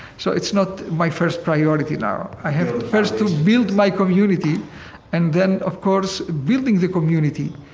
so it's not my first priority now. i have first to build my community and then, of course, building the community,